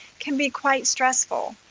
can be quite stressful.